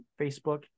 Facebook